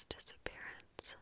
disappearance